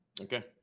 Okay